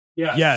Yes